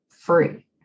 free